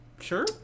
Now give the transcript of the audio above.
Sure